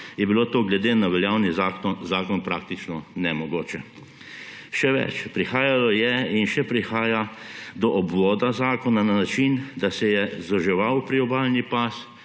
je bilo to glede na veljavni zakon praktično nemogoče. Še več, prihajalo je in še prihaja do obvoda zakona na način, da se je zoževal priobalni pas